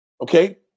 Okay